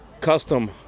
custom